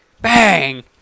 bang